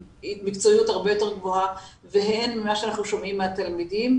מקצועיות הרבה יותר גבוהה והן ממה שאנחנו שומעים מהתלמידים,